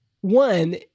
One